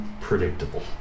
predictable